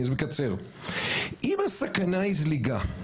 אם הסכנה היא זליגה,